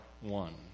one